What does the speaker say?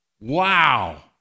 wow